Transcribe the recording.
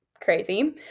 crazy